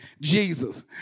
Jesus